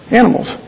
animals